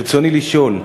ברצוני לשאול: